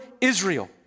Israel